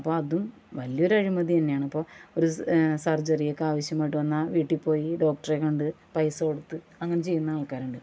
അപ്പോൾ അതും വലിയൊരു അഴിമതി തന്നെയാണ് ഇപ്പോൾ ഒരു സർജറിക്ക് ആവശ്യമായിട്ട് വന്നാൽ വീട്ടിൽ പോയി ഡോക്ടറെ കണ്ട് പൈസ കൊടുത്ത് അങ്ങനെ ചെയ്യുന്ന ആൾക്കാരുണ്ട്